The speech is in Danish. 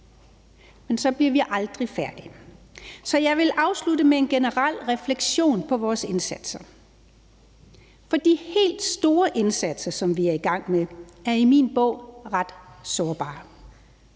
men så bliver vi aldrig færdige. Så jeg vil afslutte med en generel refleksion på vores indsatser, for de helt store indsatser, som vi er i gang med, er i min bog ret sårbare.